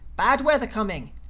bad weather coming.